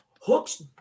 Hook's